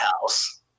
house